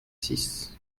six